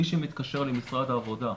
מי שמתקשר למשרד העבודה,